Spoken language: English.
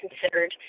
considered